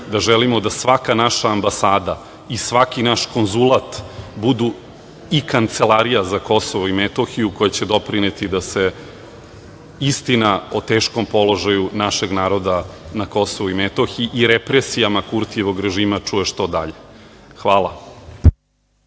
da želimo da svaka naša ambasada, svaki naš konzulat budu i Kancelarija za KiM, koja će doprineti da se istina o teškom položaju našeg naroda na Kosovu i Metohiji i represija Kurtijevog režima čuje što dalje. Hvala.